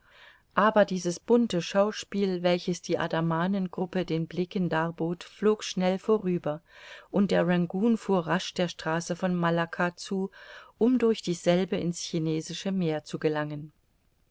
aber dieses bunte schauspiel welches die andamanengruppe den blicken darbot flog schnell vorüber und der rangoon fuhr rasch der straße von malacca zu um durch dieselbe in's chinesische meer zu gelangen